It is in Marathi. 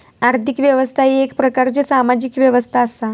आर्थिक व्यवस्था ही येक प्रकारची सामाजिक व्यवस्था असा